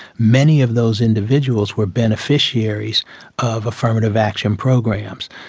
many of those individuals were beneficiaries of affirmative action programs.